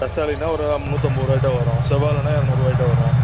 ரஸ்தாளின்னா ஒரு அம் நூற்றம்பது ரூபா கிட்ட வரும் செவ்வாழைன்னா இரநூறு ரூபா கிட்ட வரும்